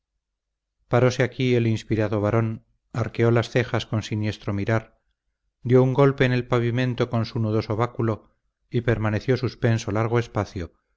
paróse aquí el inspirado varón arqueó las cejas con siniestro mirar dio un golpe en el pavimento con su nudoso báculo y permaneció suspenso largo espacio